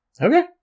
okay